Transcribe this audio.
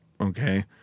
Okay